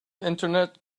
internet